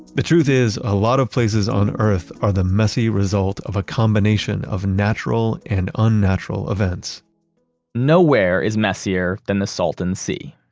the truth is a lot of places on earth are the messy result of a combination of natural and unnatural events nowhere is messier than the salton sea,